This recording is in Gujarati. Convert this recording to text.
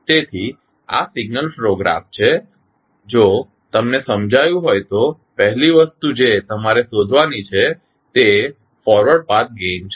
તેથી આ સિગ્નલ ફ્લો ગ્રાફ છે જો તમને સમજાયુ હોય તો પહેલી વસ્તુ જે તમારે શોધવાની છે તે ફોરવર્ડ પાથ ગેઇન છે